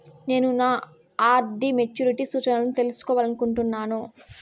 నేను నా RD maturity సూచనలను తెలుసుకోవాలనుకుంటున్నాను